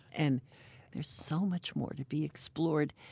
and there's so much more to be explored,